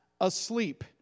asleep